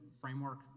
framework